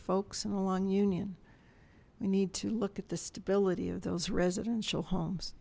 folks in a long union we need to look at the stability of those residential homes